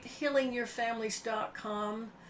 healingyourfamilies.com